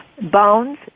bones